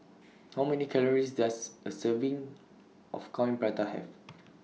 How Many Calories Does A Serving of Coin Prata Have